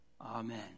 Amen